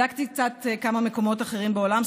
בדקתי קצת כמה מקומות אחרים בעולם,